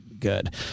good